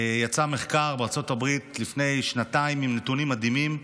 יצא מחקר בארצות הברית לפני שנתיים עם נתונים מדהימים,